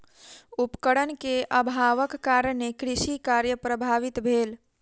उपकरण के अभावक कारणेँ कृषि कार्य प्रभावित भेल